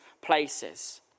places